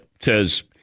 says